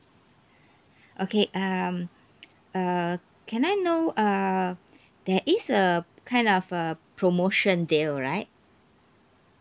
okay um uh can I know uh there is a kind of a promotion deal right